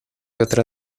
otra